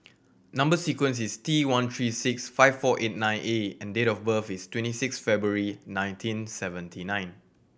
number sequence is T one three six five four eight nine A and date of birth is twenty six February nineteen seventy nine